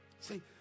See